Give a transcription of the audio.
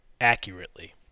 accurately